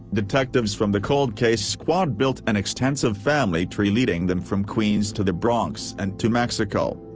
detectives from the cold case squad built an extensive family tree leading them from queens to the bronx and to mexico.